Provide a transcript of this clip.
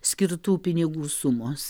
skirtų pinigų sumos